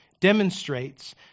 demonstrates